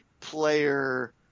player